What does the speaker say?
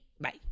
Bye